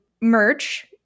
merch